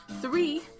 three